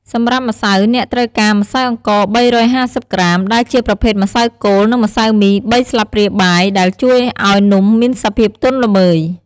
សម្រាប់ម្សៅ អ្នកត្រូវការ ម្សៅអង្ករ ៣៥០ ក្រាម ដែលជាប្រភេទម្សៅគោល និង ម្សៅមី ៣ ស្លាបព្រាបាយ ដែលជួយឱ្យនំមានសភាពទន់ល្មើយ។